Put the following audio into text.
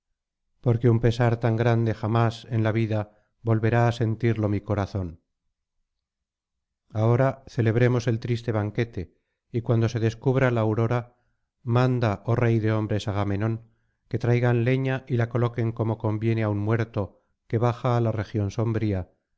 porque un pesar tan grande jamás en la vida volverá á sentirlo mi corazón ahora celebremos el triste banquete y cuando se descubra la aurora manda oh rey de hombres agamenón que traigan leña y la coloquen como conviene á un muerto que baja á la región sombría